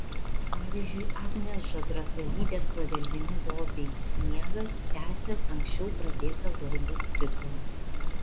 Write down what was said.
pavyzdžiui agnės žagrakalytės paveldimi lobiai sniegas tęsia anksčiau pradėtą lobių ciklą